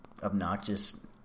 obnoxious